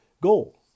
goal